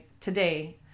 today